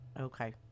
okay